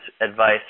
advice